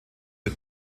der